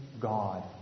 God